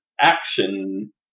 action